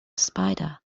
spider